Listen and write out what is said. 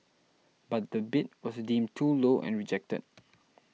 but the bid was deemed too low and rejected